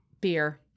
beer